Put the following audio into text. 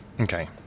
Okay